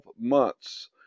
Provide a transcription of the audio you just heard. months